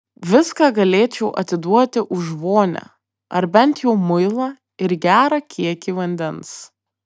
viską galėčiau atiduoti už vonią ar bent jau muilą ir gerą kiekį vandens